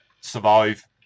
survive